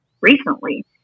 recently